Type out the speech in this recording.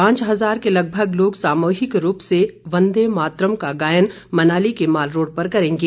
पांच हज़ार के लगभग लोग सामूहिक रूप से वंदे मातरम का गायन मनाली के माल रोड पर करेंगे